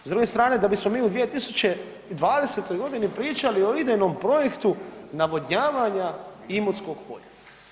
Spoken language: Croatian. S druge strane da bismo mi u 2020. godini pričali o idejnom projektu navodnjavanja Imotskog polja.